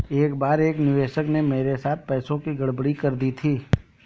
एक बार एक निवेशक ने मेरे साथ पैसों की गड़बड़ी कर दी थी